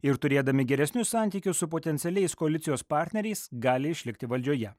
ir turėdami geresnius santykius su potencialiais koalicijos partneriais gali išlikti valdžioje